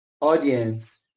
audience